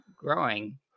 growing